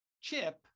Chip